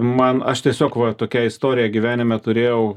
man aš tiesiog va tokią istoriją gyvenime turėjau